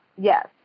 Yes